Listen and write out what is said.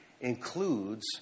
includes